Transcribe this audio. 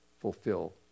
fulfill